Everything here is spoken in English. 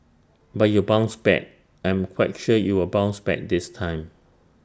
but you bounced back I'm quite sure you will bounce back this time